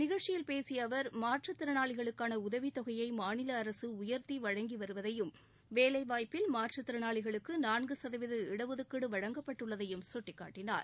நிகழ்ச்சியில் பேசிய அவர் மாற்றுத்திறனாளிகளுக்கான உதவித்தொகையை மாநில அரசு உயர்த்தி வழங்கி வருவதையும் வேலைவாய்ப்பில் மாற்றுத்திறனாளிகளுக்கு நான்கு சதவீத இடஒதுக்கீடு வழங்கப்பட்டுள்ளதையும் சுட்டிக்காட்டினார்